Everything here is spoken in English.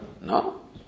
No